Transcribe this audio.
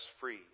free